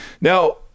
Now